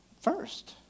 first